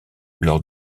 lors